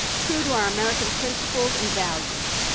true to our american principles and values,